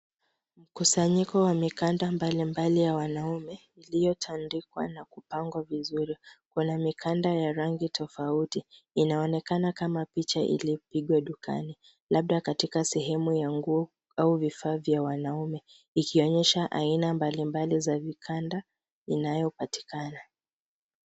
Kusanyiko wa mikanda mbali mbali ya wanaume iliyo tandikwa na kupangwa vizuri kuna mikanda ya rangi tofauti inaonekana kama picha ilipigwa dukani labda katika sehemu ya nguo au vifaa vya wanaume ikionyesha aina mbali mbali za vikanda inayopatikana.